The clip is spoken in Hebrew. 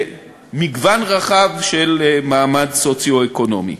במגוון רחב של מעמדות סוציו-אקונומיים.